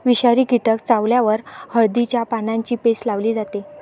विषारी कीटक चावल्यावर हळदीच्या पानांची पेस्ट लावली जाते